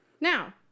Now